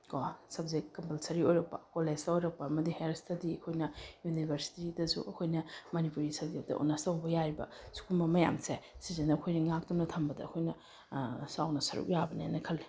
ꯀꯣ subject compulsory ꯑꯣꯏꯔꯛꯄ ꯀꯣꯂꯦꯖꯇ ꯑꯣꯏꯔꯛꯄ ꯑꯃꯗꯤ ꯍꯥꯏꯌꯔ ꯏꯁꯇꯗꯤ ꯑꯩꯈꯣꯏꯅ ꯌꯨꯅꯤꯕꯔꯁꯤꯇꯤꯗꯁꯨ ꯑꯩꯈꯣꯏꯅ ꯃꯅꯤꯄꯨꯔꯤ ꯁꯕꯖꯦꯛꯇ ꯑꯣꯅ꯭ꯔꯁ ꯇꯧꯕ ꯌꯥꯏꯕ ꯁꯤꯒꯨꯝꯕ ꯃꯌꯥꯝꯁꯦ ꯁꯤꯁꯤꯅ ꯑꯩꯈꯣꯏꯅ ꯉꯥꯛꯇꯨꯅ ꯊꯝꯕꯗ ꯑꯩꯈꯣꯏꯅ ꯆꯥꯎꯅ ꯁꯔꯨꯛ ꯌꯥꯕꯅꯦꯅ ꯈꯜꯂꯤ